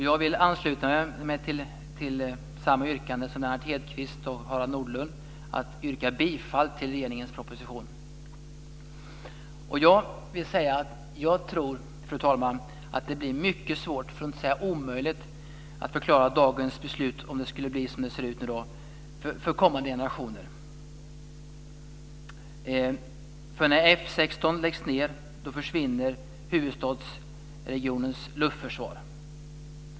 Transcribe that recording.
Jag vill ansluta mig till samma yrkande som Fru talman! Jag tror att det blir mycket svårt, för att inte säga omöjligt, att förklara dagens beslut - om det skulle bli som det ser ut - för kommande generationer. När F 16 läggs ned försvinner huvudstadsregionens luftförsvar.